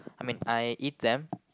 I mean I eat them